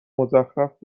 مزخرف